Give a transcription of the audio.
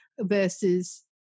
versus